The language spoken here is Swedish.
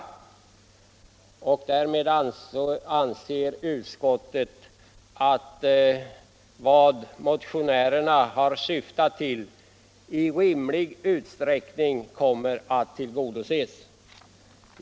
Därmed anser utskottet att vad motionärerna har syftat till i rimlig utsträckning kommer att tillgodoses.